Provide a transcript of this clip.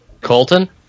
Colton